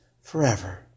forever